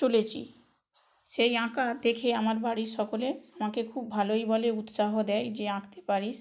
চলেছি সেই আঁকা দেখে আমার বাড়ির সকলে আমাকে খুব ভালোই বলে উৎসাহ দেয় যে আঁকতে পারিস